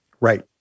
Right